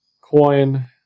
coin